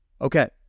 Okay